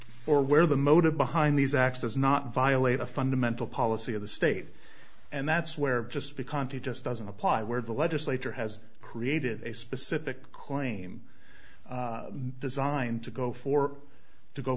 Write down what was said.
or where the motive behind these acts does not violate a fundamental policy of the state and that's where just because it just doesn't apply where the legislature has created a specific claim designed to go for to go